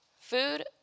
Food